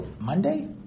Monday